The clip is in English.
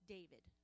David